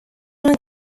vingt